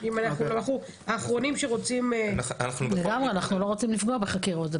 אנחנו לא רוצים לפגוע בחקירות.